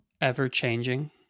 ever-changing